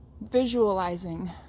visualizing